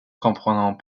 comprenons